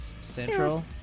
central